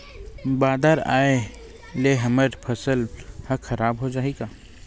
बादर आय ले हमर फसल ह खराब हो जाहि का?